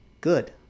good